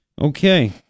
Okay